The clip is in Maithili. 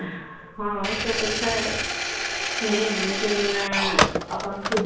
हँ से तऽ छै हमे लेकिन अपन